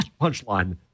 punchline